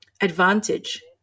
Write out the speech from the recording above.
advantage